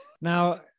Now